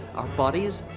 our bodies?